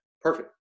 perfect